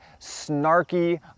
snarky